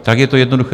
Tak je to jednoduché.